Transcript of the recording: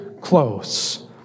close